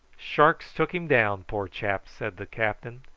sharks took him down, poor chap, said the captain.